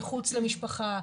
מחוץ למשפחה.